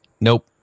Nope